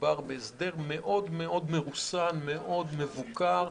מדובר בהסדר מאוד מרוסן, מאוד מבוקר.